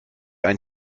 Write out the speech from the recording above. ein